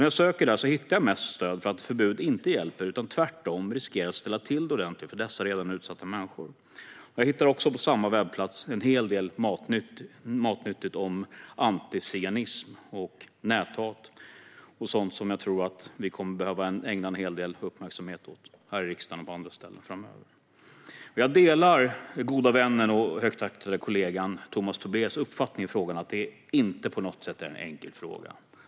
När jag söker där hittar jag mest stöd för att ett förbud inte hjälper utan tvärtom riskerar att ställa till det ordentligt för dessa redan utsatta människor. Jag hittar också på samma webbplats en hel del matnyttigt om antiziganism och näthat och sådant som jag tror att vi kommer att behöva ägna en hel del uppmärksamhet åt här i riksdagen och på andra ställen framöver. Jag delar den uppfattning som min goda vän och högt aktade kollega Tomas Tobé har i frågan - den är inte på något sätt enkel.